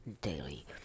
daily